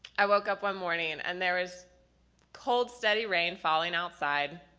i woke up one morning and there was cold, steady rain falling outside,